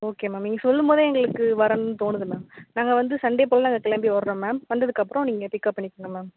okay ma'am நீங்கள் சொல்லும்போதே எங்களுக்கு வரணும்னு தோணுது மேம் நாங்கள் வந்து சண்டே போலே நாங்கள் கிளம்பி வர்றோம் மேம் வந்ததுக்கப்புறம் நீங்கள் பிக்கப் பண்ணிக்கோங்க மேம்